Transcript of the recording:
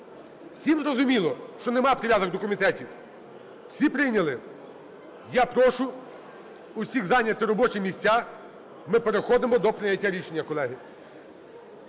Всім зрозуміло, що нема прив'язок до комітетів? Всі прийняли? Я прошу усіх зайняти робочі місця, ми переходимо до прийняття рішення, колеги.